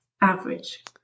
Average